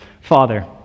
Father